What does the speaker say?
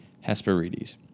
Hesperides